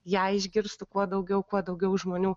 ją išgirstų kuo daugiau kuo daugiau žmonių